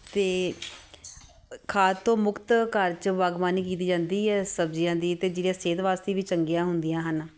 ਅਤੇ ਖਾਦ ਤੋਂ ਮੁਕਤ ਘਰ 'ਚ ਬਾਗਬਾਨੀ ਕੀਤੀ ਜਾਂਦੀ ਹੈ ਸਬਜ਼ੀਆਂ ਦੀ ਅਤੇ ਜਿਹੜੀਆਂ ਸਿਹਤ ਵਾਸਤੇ ਵੀ ਚੰਗੀਆਂ ਹੁੰਦੀਆਂ ਹਨ